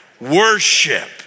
Worship